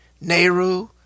Nehru